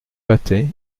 patay